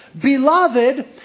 beloved